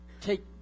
take